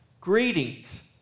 greetings